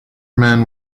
man